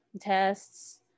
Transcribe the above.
tests